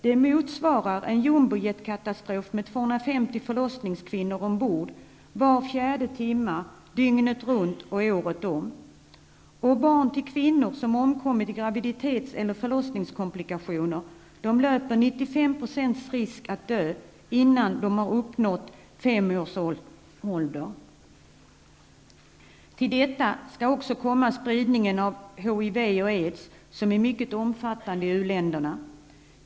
Det motsvarar en jumbojetkatastrof med 250 förlossningskvinnor ombord på planet var fjärde timma, dygnet runt och året om. Barn till kvinnor som omkommit i graviditets eller förlossningskomplikationer löper 95 % risk att dö innan de uppnått fem års ålder. Till detta kommer också spridningen av HIV och aids, som är mycket omfattande i u-länderna.